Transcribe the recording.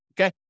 okay